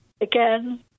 again